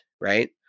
Right